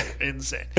Insane